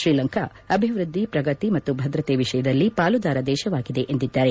ಶ್ರೀಲಂಕಾ ಅಭಿವೃದ್ಧಿ ಪ್ರಗತಿ ಮತ್ತು ಭದ್ರತೆ ವಿಷಯದಲ್ಲಿ ಪಾಲುದಾರ ದೇಶವಾಗಿದೆ ಎಂದಿದ್ಲಾರೆ